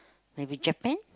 maybe Japan